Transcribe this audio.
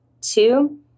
two